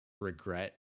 regret